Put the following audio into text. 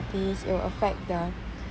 this will affect the